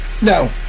No